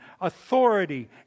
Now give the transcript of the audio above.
authority